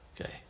Okay